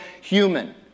human